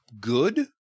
good